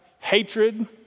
Hatred